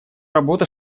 работа